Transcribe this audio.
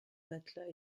matelas